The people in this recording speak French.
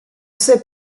sait